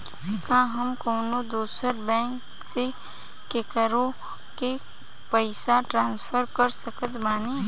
का हम कउनों दूसर बैंक से केकरों के पइसा ट्रांसफर कर सकत बानी?